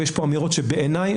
ויש פה אמירות שבעיניי,